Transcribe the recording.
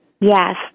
Yes